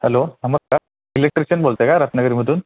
hello नमस्कार electrician बोलताय का रत्नागिरीमधून